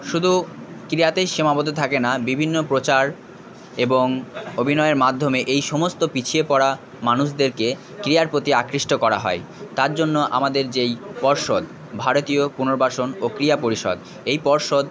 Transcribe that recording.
শুধু ক্রিয়াতেই সীমাবদ্ধ থাকে না বিভিন্ন প্রচার এবং অভিনয়ের মাধ্যমে এই সমস্ত পিছিয়ে পড়া মানুষদেরকে ক্রিয়ার প্রতি আকৃষ্ট করা হয় তার জন্য আমাদের যে এই পর্ষদ ভারতীয় পুনর্বাসন ও ক্রিয়া পরিষদ এই পর্ষদ